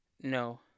No